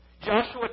Joshua